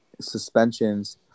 suspensions